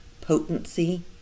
potency